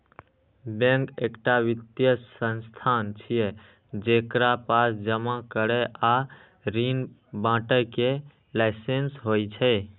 bank एकटा वित्तीय संस्थान छियै, जेकरा पास जमा करै आ ऋण बांटय के लाइसेंस होइ छै